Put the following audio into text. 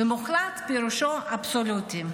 "מוחלט" פירושו אבסולוטי.